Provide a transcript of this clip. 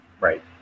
Right